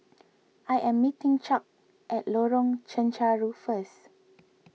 I am meeting Chuck at Lorong Chencharu first